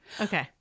Okay